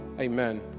Amen